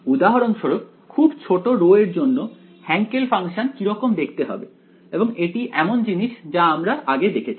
উদাহরণস্বরূপ খুব ছোট ρ এর জন্য হ্যান্কেল ফাংশন কিরকম দেখতে হবে এবং এটি এমন জিনিস যা আমরা আগে দেখেছি